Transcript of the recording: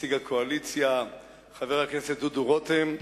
נציג הקואליציה חבר הכנסת דודו רותם,